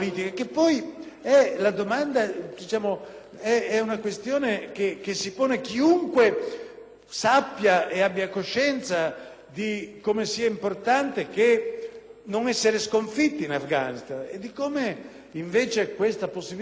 sappia e abbia coscienza di come sia importante non essere sconfitti in Afghanistan e di come invece questa sia una possibilità che oggi concretamente si presenta. Infine, voglio ricordare - perché